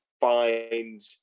find